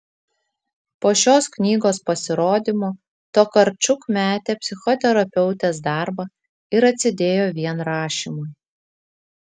po šios knygos pasirodymo tokarčuk metė psichoterapeutės darbą ir atsidėjo vien rašymui